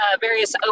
various